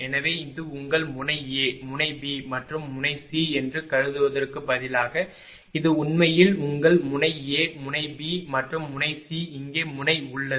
எனவே இது உங்கள் முனை A முனை B மற்றும் முனை C என்று கருதுவதற்கு பதிலாக இது உண்மையில் உங்கள் முனை A முனை B மற்றும் முனை C இங்கே முனை உள்ளது